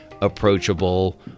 approachable